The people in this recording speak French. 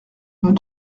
nous